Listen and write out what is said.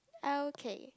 I okay